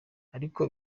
ariko